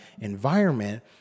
environment